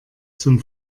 zum